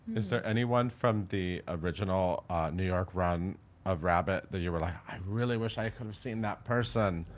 is there anyone from the original new york run of rabbit that you were like, i really wish i could've seen that person?